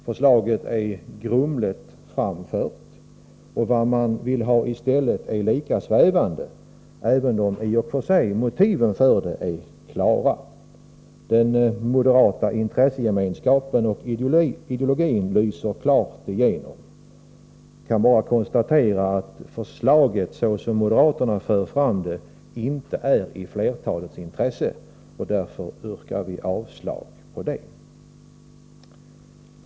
Förslaget är grumligt framfört, och vad man vill ha i stället uttrycks lika svävande, även om i och för sig motiven är klara. Den moderata intressegemenskapen och ideologin lyser klart igenom. Jag kan bara konstatera att förslaget, så som moderaterna för fram det, inte är i flertalets intresse, och därför yrkar vi avslag på det.